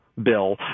bill